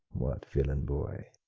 what, villain boy!